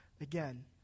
again